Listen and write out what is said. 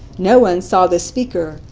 no one saw the speaker,